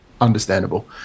understandable